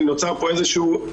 אם נוצר פה פער,